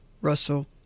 Russell